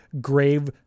Grave